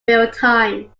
realtime